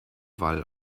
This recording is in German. wall